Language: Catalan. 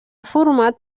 format